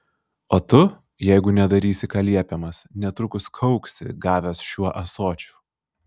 o tu jeigu nedarysi ką liepiamas netrukus kauksi gavęs šiuo ąsočiu